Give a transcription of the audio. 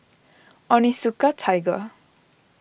Onitsuka Tiger